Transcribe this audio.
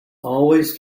always